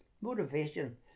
motivation